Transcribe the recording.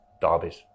derbies